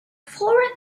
four